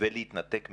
ולהתנתק מהשיעור.